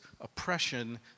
oppression